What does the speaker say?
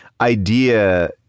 idea